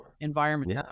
environment